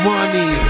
Money